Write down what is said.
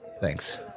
Thanks